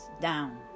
down